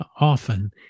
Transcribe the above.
often